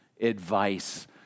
advice